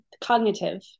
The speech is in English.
cognitive